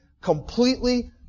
completely